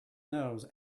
nose